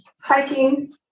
hiking